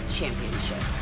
Championship